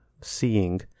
seeing